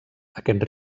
aquest